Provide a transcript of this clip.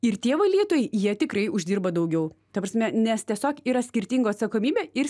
ir tie valytojai jie tikrai uždirba daugiau ta prasme nes tiesiog yra skirtingos atsakomybė ir